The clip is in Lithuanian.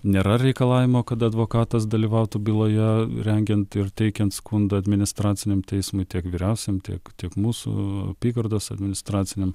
nėra reikalavimo kad advokatas dalyvautų byloje rengiant ir teikiant skundą administraciniam teismui tiek vyriausiam tiek tiek mūsų apygardos administraciniam